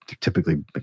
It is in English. typically